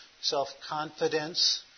self-confidence